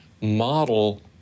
model